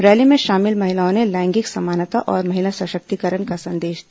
rally में शामिल महिलाओं ने लैंगिक समानता और महिला सशक्तिकरण का संदेश दिया